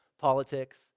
politics